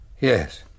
Yes